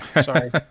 Sorry